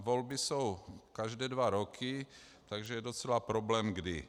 Volby jsou každé dva roky, takže je docela problém kdy.